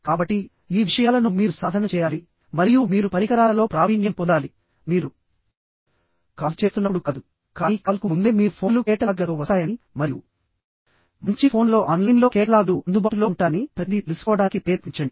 కాబట్టి ఈ విషయాలను మీరు సాధన చేయాలి మరియు మీరు పరికరాలలో ప్రావీణ్యం పొందాలిమీరు కాల్ చేస్తున్నపుడు కాదు కానీ కాల్కు ముందే మీరు ఫోన్లు కేటలాగ్లతో వస్తాయని మరియు మంచి ఫోన్లలో ఆన్లైన్లో కేటలాగ్లు అందుబాటులో ఉంటాయని ప్రతిదీ తెలుసుకోవడానికి ప్రయత్నించండి